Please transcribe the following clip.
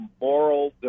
moral